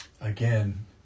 again